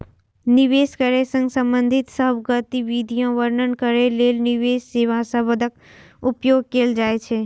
निवेश करै सं संबंधित सब गतिविधि वर्णन करै लेल निवेश सेवा शब्दक उपयोग कैल जाइ छै